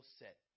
set